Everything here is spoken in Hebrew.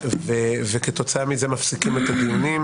וכתוצאה מזה מפסיקים את הדיונים,